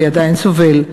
ועדיין סובל,